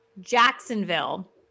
Jacksonville